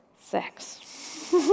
Sex